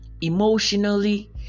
emotionally